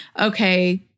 Okay